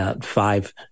five